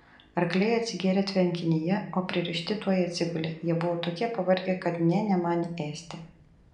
arkliai atsigėrė tvenkinyje o pririšti tuoj atsigulė jie buvo tokie pavargę kad nė nemanė ėsti